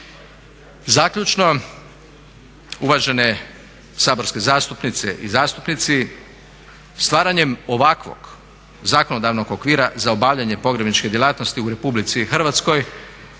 Zaključno, uvažene saborske zastupnice i zastupnici stvaranjem ovakvog zakonodavnog okvira za obavljanje pogrebniče djelatnosti u RH sustavno